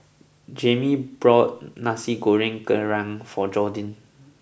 Jammie bought Nasi Goreng Kerang for Jordin